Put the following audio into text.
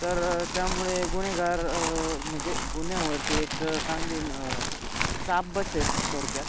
तर त्यामुळे गुन्हेगार म्हणजे गुन्ह्यावरती एक चांगली चाप बसेल थोडक्यात